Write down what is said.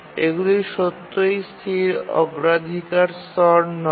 এগুলি সত্যই স্থির অগ্রাধিকার স্তর নয়